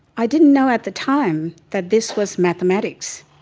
i didn't know at the time that this was mathematics.